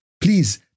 please